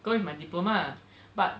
go with my diploma ah but